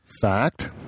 fact